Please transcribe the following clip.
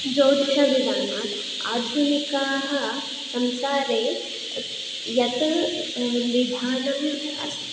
ज्यौतिषविधानात् आधुनिकाः संसारे यत् यत् विभाजम् अस्ति